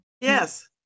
Yes